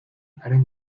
einen